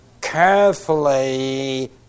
carefully